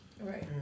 Right